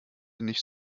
nicht